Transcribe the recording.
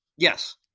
yes.